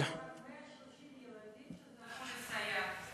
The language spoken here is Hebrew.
היום יש רק 130 ילדים שזכו לסייעת.